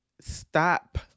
stop